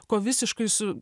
ko visiškai su